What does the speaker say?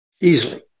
easily